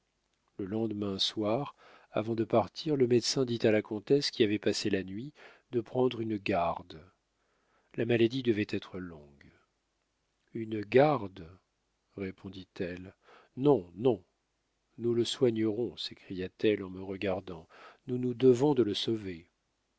le lendemain soir avant de partir le médecin dit à la comtesse qui avait passé la nuit de prendre une garde la maladie devait être longue une garde répondit-elle non non nous le soignerons s'écria-t-elle en me regardant nous nous devons de le sauver